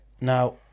now